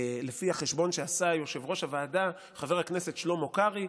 לפי החשבון שעשה יושב-ראש הוועדה חבר הכנסת שלמה קרעי,